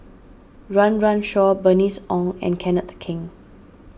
Run Run Shaw Bernice Ong and Kenneth Keng